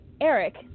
Eric